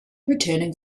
returning